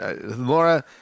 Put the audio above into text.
Laura